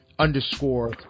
underscore